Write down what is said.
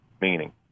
meaning